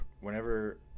Whenever